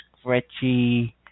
scratchy